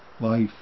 life